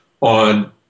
on